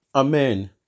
Amen